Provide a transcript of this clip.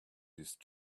these